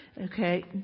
Okay